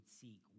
seek